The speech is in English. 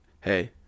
hey